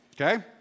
okay